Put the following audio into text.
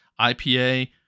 IPA